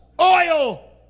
oil